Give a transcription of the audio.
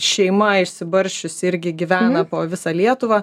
šeima išsibarsčiusi irgi gyvena po visą lietuvą